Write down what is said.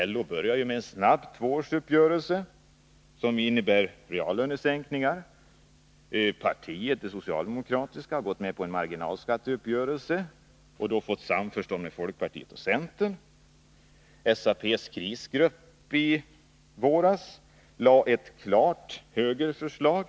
LO började med en snabb tvåårsuppgörelse som innebär reallönesänkningar. Det socialdemokratiska partiet har gått med på en marginalskatteuppgörelse och då nått samförstånd med folkpartiet och centern. SAP:s krisgrupp i våras lade ett klart högerförslag.